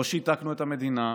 לא שיתקנו את המדינה,